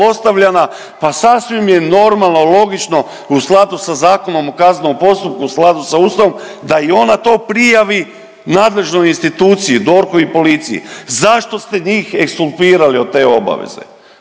pa sasvim je normalno, logično u skladu sa Zakonom o kaznenom postupku, u skladu sa Ustavom da i ona to prijavi nadležnoj instituciji DORH-u i policiji. Zašto ste njih ekskulpirali od te obaveze?